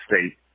state